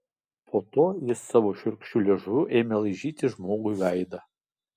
po to jis savo šiurkščiu liežuviu ėmė laižyti žmogui veidą